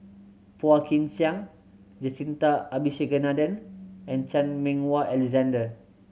Phua Kin Siang Jacintha Abisheganaden and Chan Meng Wah Alexander